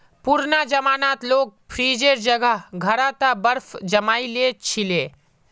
पुराना जमानात लोग फ्रिजेर जगह घड़ा त बर्फ जमइ ली छि ले